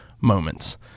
moments